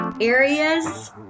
areas